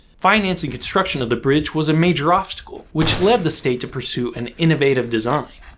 financing construction of the bridge was a major obstacle, which led the state to pursue an innovative design.